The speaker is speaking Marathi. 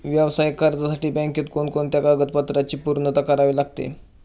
व्यावसायिक कर्जासाठी बँकेत कोणकोणत्या कागदपत्रांची पूर्तता करावी लागते?